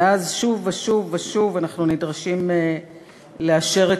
מאז שוב ושוב ושוב אנחנו נדרשים לאשר את